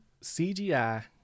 CGI